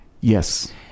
Yes